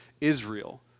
Israel